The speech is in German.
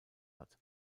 hat